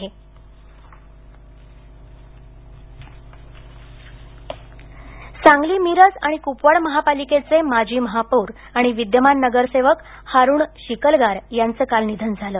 निधन सांगली सांगली मिरज आणि क्पवाड महापालिकेचे माजी महापौर आणि विद्यमान नगरसेवक हारूण शिकलगार यांचे काल निधन झालं